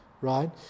Right